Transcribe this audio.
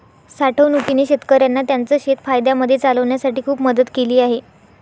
साठवणूकीने शेतकऱ्यांना त्यांचं शेत फायद्यामध्ये चालवण्यासाठी खूप मदत केली आहे